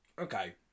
Okay